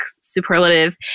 superlative